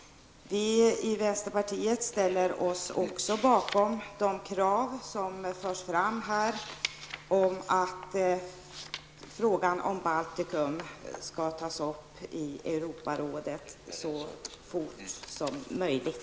Vi i vänsterpartiet ställer oss också bakom kravet, som här förs fram, att frågan om Baltikum skall tas upp i Europarådet så snart som möjligt.